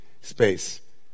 space